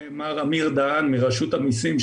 מר אמיר דהן מרשות המיסים,